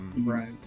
Right